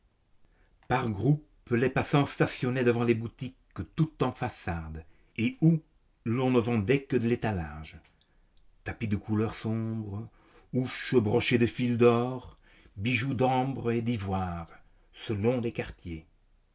par groupes les passants stationnaient devant des boutiques tout en façade et où l'on ne vendait que l'étalage tapis de couleurs sombres housses brochées de fils d'or bijoux d'ambre et d'ivoire selon les quartiers